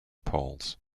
poles